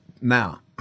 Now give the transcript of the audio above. Now